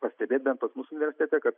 pastebėt bent pas mus universitete kad